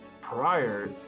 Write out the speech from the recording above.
prior